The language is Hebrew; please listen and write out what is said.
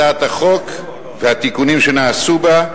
הצעת החוק והתיקונים שנעשו בה,